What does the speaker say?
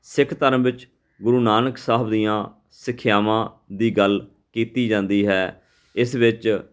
ਸਿੱਖ ਧਰਮ ਵਿੱਚ ਗੁਰੂ ਨਾਨਕ ਸਾਹਿਬ ਦੀਆਂ ਸਿੱਖਿਆਵਾਂ ਦੀ ਗੱਲ ਕੀਤੀ ਜਾਂਦੀ ਹੈ ਇਸ ਵਿੱਚ